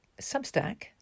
Substack